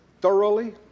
thoroughly